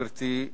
גברתי,